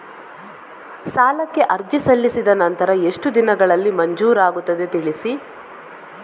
ಸಾಲಕ್ಕೆ ಅರ್ಜಿ ಸಲ್ಲಿಸಿದ ನಂತರ ಎಷ್ಟು ದಿನಗಳಲ್ಲಿ ಮಂಜೂರಾಗುತ್ತದೆ ತಿಳಿಸಿ?